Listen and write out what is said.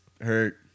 hurt